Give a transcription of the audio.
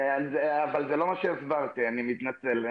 זה לא מה שהסברתי, אני מתנצל.